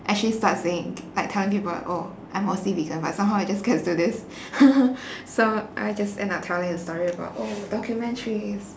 actually start saying like telling people oh I'm mostly vegan but somehow it just gets to this so I just end up telling the story about oh documentaries